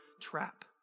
trap